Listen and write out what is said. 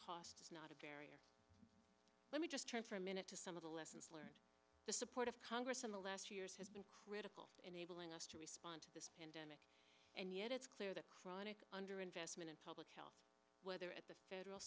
ministrations not a barrier let me just turn for a minute to some of the lessons learned the support of congress in the last two years has been critical enabling us to respond to this endemic and yet it's clear that chronic under investment of public health whether at the federal